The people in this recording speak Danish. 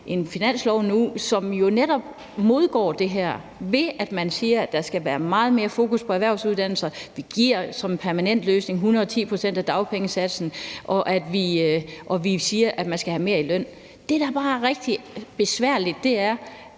en finanslov, som jo netop modgår det her, ved at man siger, at der skal være meget mere fokus på erhvervsuddannelser, vi giver som permanent løsning 110 pct. af dagpengesatsen, og vi siger, at man skal have mere i løn. Det, der bare er rigtig besværligt, er,